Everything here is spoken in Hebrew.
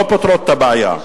לא פותרת את הבעיה.